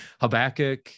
Habakkuk